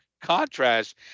contrast